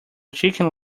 chicken